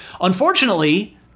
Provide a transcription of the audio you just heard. Unfortunately